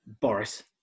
Boris